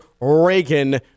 Reagan